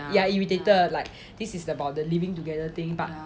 yeah irritated like this is about the living together thing but like